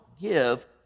give